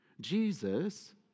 Jesus